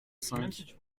cinq